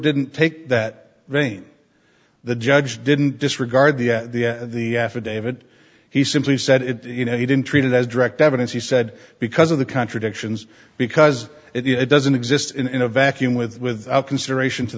didn't take that rain the judge didn't disregard the the affidavit he simply said it you know he didn't treat it as direct evidence he said because of the contradictions because it doesn't exist in a vacuum without consideration to